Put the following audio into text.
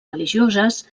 religioses